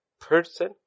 Person